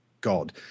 God